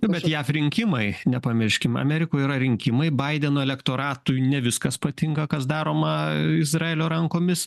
bet jav rinkimai nepamirškim amerikoj yra rinkimai baideno elektoratui ne viskas patinka kas daroma izraelio rankomis